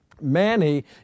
Manny